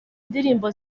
indirimbo